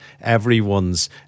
everyone's